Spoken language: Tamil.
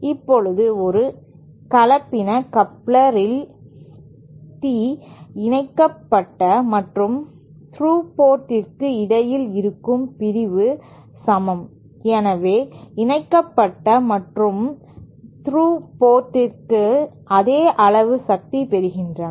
இப்போது ஒரு கலப்பின கப்ளர் இல் தி இணைக்கப்பட்ட மற்றும் த்ரூ போர்ட்க்கு இடையில் இருக்கும் பிரிவு சமம் எனவே இணைக்கப்பட்ட மற்றும் த்ரூ போர்ட்கள் அதே அளவு சக்தி பெறுகின்றன